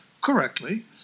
correctly